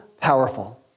powerful